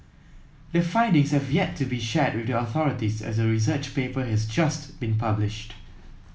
the findings have yet to be shared with the authorities as the research paper has just been published